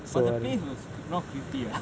but the place was not creepy ah